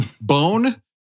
Bone